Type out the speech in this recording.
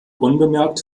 unbemerkt